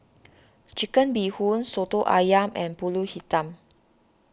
Chicken Bee Hoon Soto Ayam and Pulut Hitam